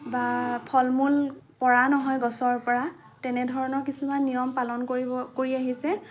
বা ফল মূল পৰা নহয় গছৰপৰা তেনেধৰণৰ কিছুমান নিয়ম পালন কৰিব কৰি আহিছে